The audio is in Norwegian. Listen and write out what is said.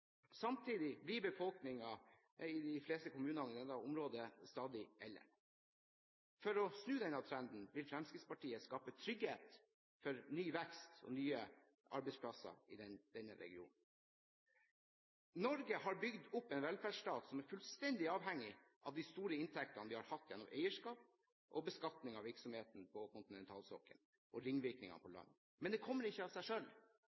Samtidig blir befolkningen i de fleste kommunene i dette området stadig eldre. For å snu denne trenden vil Fremskrittspartiet skape trygghet for ny vekst og nye arbeidsplasser i denne regionen. Norge har bygd opp en velferdsstat som er fullstendig avhengig av de store inntektene vi har hatt gjennom eierskap og beskatning av virksomheten på kontinentalsokkelen og ringvirkninger på land. Men det kommer ikke av seg